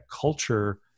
culture